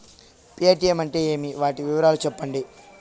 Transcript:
Paytm అంటే ఏమి, వాటి వివరాలు సెప్పండి?